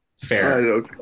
Fair